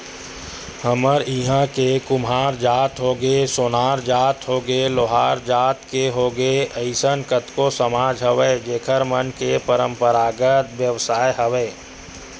हमर इहाँ के कुम्हार जात होगे, सोनार जात होगे, लोहार जात के होगे अइसन कतको समाज हवय जेखर मन के पंरापरागत बेवसाय हवय